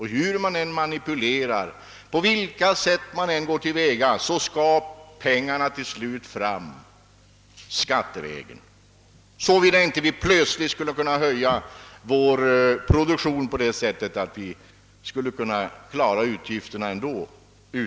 Hur man än manipulerar, på vilka sätt man än går till väga, skall pengarna slutligen fram skattevägen — såvida vi inte plötsligt skulle kunna höja vår produktion så att vi kan klara utgifterna ändå.